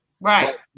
Right